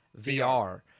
VR—